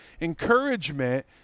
Encouragement